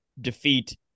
defeat